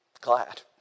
glad